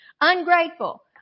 Ungrateful